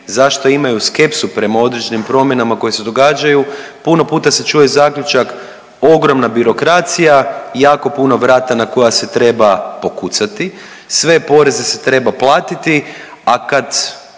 zašto imaju skepsu prema određenim promjenama koje se događaju, puno puta se čuje zaključak ogromna birokracija i jako puno vrata na koja se treba pokucati, sve poreze se treba platiti, a kad